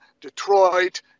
Detroit